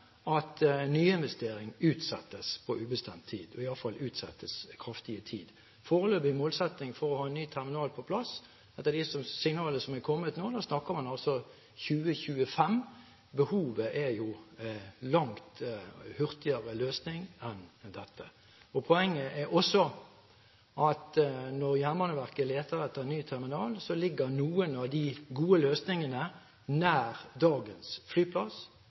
at nyinvestering utsettes på ubestemt tid, iallfall kraftig i tid. Foreløpig målsetting for å få en ny terminal på plass, etter de signalene som er kommet nå, er altså 2025. Behovet er jo en langt hurtigere løsning enn dette. Poenget er at når Jernbaneverket leter etter ny terminal, ligger noen av de gode løsningene nær dagens flyplass,